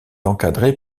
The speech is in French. encadrée